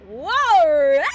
whoa